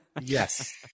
Yes